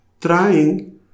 Trying